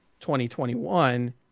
2021